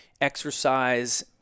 exercise